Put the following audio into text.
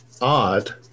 odd